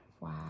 Wow